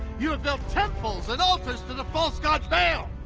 you have built temples and altars to the false god, baal,